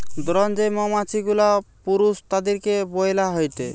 drone যেই মৌমাছি গুলা পুরুষ তাদিরকে বইলা হয়টে